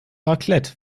raclette